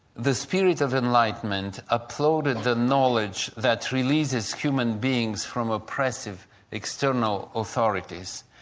the spirit of enlightenment applauded the knowledge that releases human beings from oppressive external authorities,